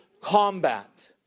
combat